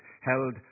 Held